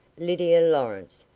lydia lawrence,